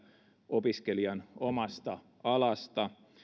opiskelijan omasta alasta